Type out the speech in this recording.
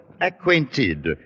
Acquainted